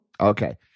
okay